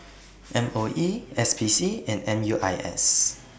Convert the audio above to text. M O E S P C and M U I S